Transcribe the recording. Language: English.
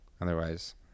Otherwise